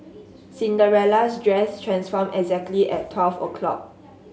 Cinderella's dress transformed exactly at twelve o'clock